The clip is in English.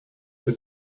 but